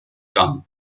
gone